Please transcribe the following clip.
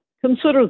Consider